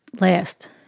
last